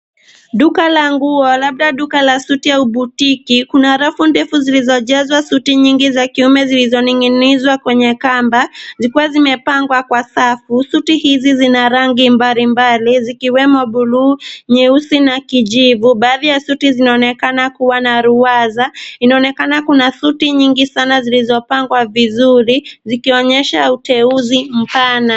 Duka la nguo, labda duka la suti au botique ,kuna rafu ndefu zilizojazwa suti nyingi za kiume zilizoning'inizwa kwenye kamba, zikiwa zimepangwa kwa safu. Suti hizi zina rangi mbalimbali, zikiwemo buluu ,nyeusi na kijivu. Baadhi ya suti zinaonekana kuwa na ruwaza, inaonekana kuna suti nyingi sana zilizopangwa vizuri ,zikionyesha uteuzi mpana.